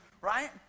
Right